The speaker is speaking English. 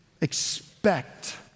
expect